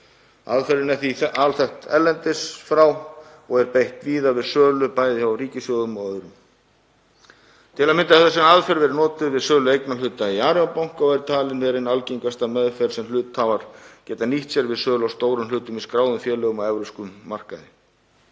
Aðferðin er því alþekkt erlendis frá og er beitt víða við sölu, bæði hjá ríkissjóðum og öðrum. Til að mynda hefur þessi aðferð verið notuð við sölu eignarhluta í Arion banka og er talin vera ein algengasta aðferð sem hluthafar geta nýtt sér við sölu á stórum hlutum í skráðum félögum á evrópskum markaði.